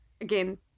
again